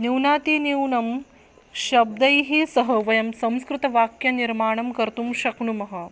न्यूनातिन्यूनं शब्दैः सह वयं संस्कृतवाक्यनिर्माणं कर्तुं शक्नुमः